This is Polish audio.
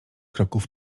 kroków